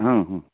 हँ हूँ